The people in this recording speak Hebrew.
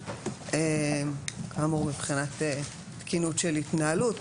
אמור מבחינת תקינות של התנהלות,